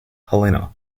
helena